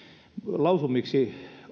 lausumiksi